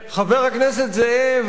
חבר הכנסת זאב,